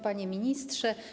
Panie Ministrze!